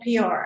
PR